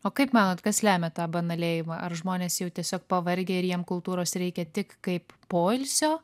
o kaip manot kas lemia tą banalėjimą ar žmonės jau tiesiog pavargę ir jiem kultūros reikia tik kaip poilsio